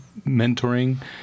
mentoring